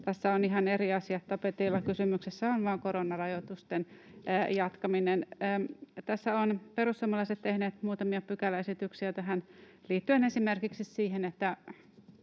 Tässä on ihan eri asia tapetilla. Kysymyksessä on vain koronarajoitusten jatkaminen. Perussuomalaiset ovat tehneet muutamia pykäläesityksiä tähän liittyen, esimerkiksi siihen, että